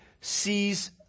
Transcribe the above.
sees